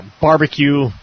barbecue